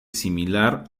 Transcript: similar